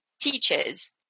teachers